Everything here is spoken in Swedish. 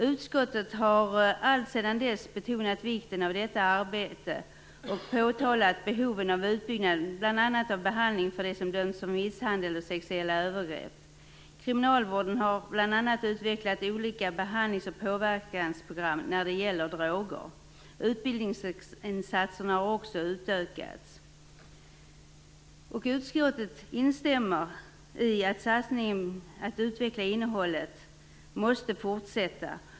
Utskottet har alltsedan dess betonat vikten av detta arbete och påtalat behoven av utbyggnad, bl.a. av behandling för dem som dömts för misshandel och sexuella övergrepp. Kriminalvården har bl.a. utvecklat olika behandlings och påverkansprogram när det gäller droger. Utbildningsinsatserna har också utökats. Utskottet instämmer i att satsningen på att utveckla innehållet måste fortsätta.